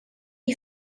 gli